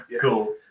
Cool